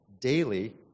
daily